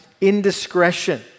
indiscretion